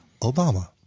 Obama